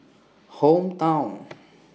Hometown